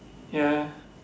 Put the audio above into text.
ya